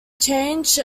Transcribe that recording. change